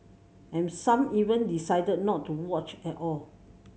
and some even decided not to watch at all